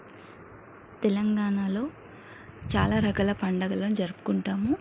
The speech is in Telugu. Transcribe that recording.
తెలంగాణలో చాలా రకాల పండగలను జరుపుకుంటాము